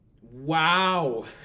Wow